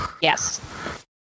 Yes